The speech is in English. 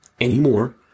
anymore